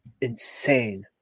insane